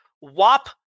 wap